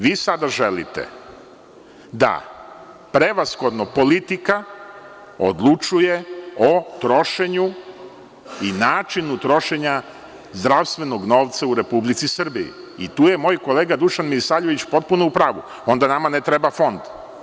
Vi sada želite da prevashodno politika odlučuje o trošenju i načinu trošenja zdravstvenog novca u Republici Srbiji i tu je moj kolega Dušan Milisavljević potpuno u pravu, onda nama ne treba Fond.